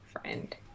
friend